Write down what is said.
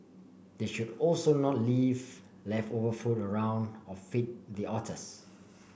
they should also not leave leftover food around or feed the otters